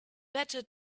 better